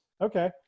Okay